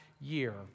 year